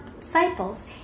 disciples